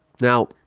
now